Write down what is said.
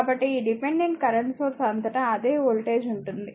కాబట్టి ఈ dependent current source అంతటా అదే వోల్టేజ్ ఉంటుంది